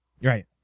Right